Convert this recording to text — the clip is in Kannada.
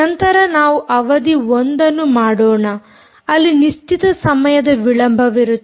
ನಂತರ ನಾವು ಅವಧಿ 1 ನ್ನು ಮಾಡೋಣ ಅಲ್ಲಿ ನಿಶ್ಚಿತ ಸಮಯದ ವಿಳಂಬವಿರುತ್ತದೆ